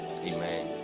amen